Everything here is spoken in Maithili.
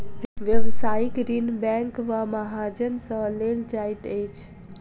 व्यवसायिक ऋण बैंक वा महाजन सॅ लेल जाइत अछि